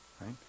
right